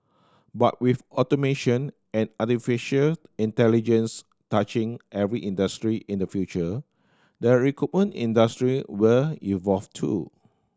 but with automation and artificial intelligence touching every industry in the future the recruitment industry will evolve too